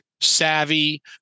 savvy